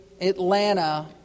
...Atlanta